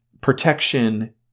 protection